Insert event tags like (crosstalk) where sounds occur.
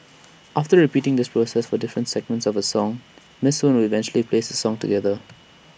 after repeating the through (unintelligible) for the different segments of A song miss soon would eventually plays song together